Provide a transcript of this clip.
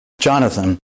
Jonathan